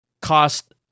cost